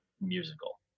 musical